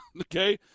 Okay